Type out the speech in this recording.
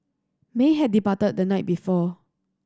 may had departed the night before